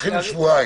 תתחיל עם שבועיים.